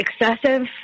excessive